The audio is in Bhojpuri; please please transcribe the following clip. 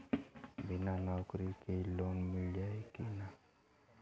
बिना नौकरी के लोन मिली कि ना?